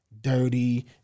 Dirty